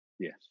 Yes